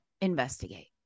investigate